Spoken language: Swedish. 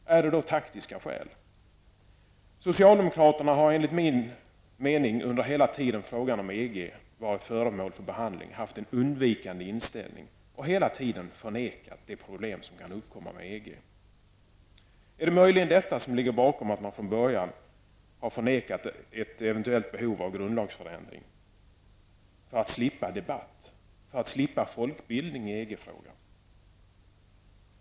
Har detta taktiska skäl? Socialdemokraterna har enligt min mening under hela den tid som frågan om EG varit föremål för behandling haft en undvikande inställning. Man har hela tiden förnekat de problem som kan uppkomma med EG. Är det möjligen detta som ligger bakom att man från början har förnekat ett eventuellt behov av en grundlagsändring? Har man gjort det för att slippa en debatt och slippa en opinionsbildning i EG-frågan?